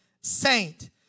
saint